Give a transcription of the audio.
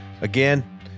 again